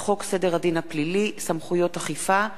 בחוק סדר הדין הפלילי (סמכויות אכיפה,